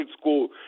school